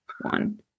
one